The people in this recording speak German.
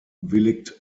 willigt